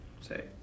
say